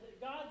God